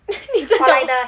你在讲我